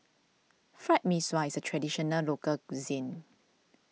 Fried Mee Sua is a Traditional Local Cuisine